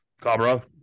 Cobra